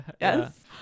yes